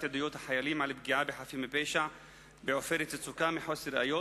עדויות החיילים על פגיעה בחפים מפשע ב"עופרת יצוקה" מחוסר ראיות,